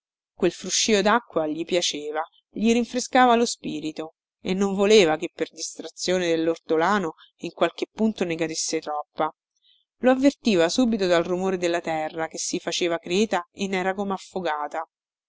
quel fruscio dacqua gli piaceva gli rinfrescava lo spirito e non voleva che per distrazione dellortolano in qualche punto ne cadesse troppa lo avvertiva subito dal rumore della terra che si faceva creta e nera come affogata